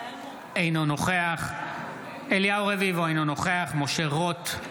אינו נוכח אליהו רביבו, אינו נוכח משה רוט,